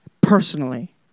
personally